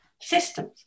systems